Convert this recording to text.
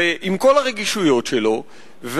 ועם כל הרגישויות שלו,